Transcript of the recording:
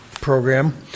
program